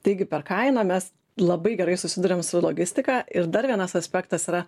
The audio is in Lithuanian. taigi per kainą mes labai gerai susiduriam su logistika ir dar vienas aspektas yra